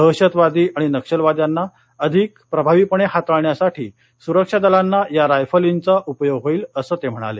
दहशतवादी आणि नक्षलवाद्यांना अधिक प्रभावीपणे हाताळण्यासाठी सूरक्षा दलांना या रायफलींचा उपयोग होईल असं ते म्हणाले